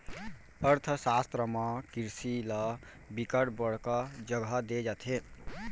अर्थसास्त्र म किरसी ल बिकट बड़का जघा दे जाथे